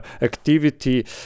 activity